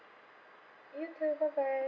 you too bye bye